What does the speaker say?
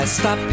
stop